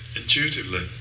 intuitively